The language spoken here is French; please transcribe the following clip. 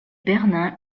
bernin